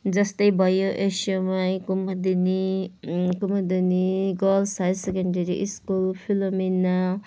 जस्तै भयो SUMI Kumudini Kumudini girls higher secondary school Philomena